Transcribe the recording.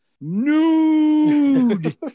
Nude